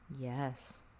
Yes